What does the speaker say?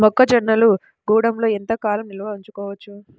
మొక్క జొన్నలు గూడంలో ఎంత కాలం నిల్వ చేసుకోవచ్చు?